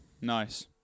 Nice